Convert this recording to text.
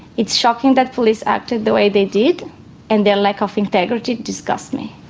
it's shocking that police acted the way they did and their lack of integrity disgusts me.